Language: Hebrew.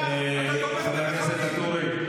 אתה תומך במחבלים.